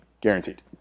guaranteed